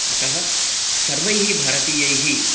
अतः सर्वैः भारतीयैः